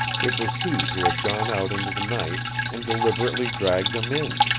it was he who had gone out into the night and deliberately dragged them in!